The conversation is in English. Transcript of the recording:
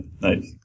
Nice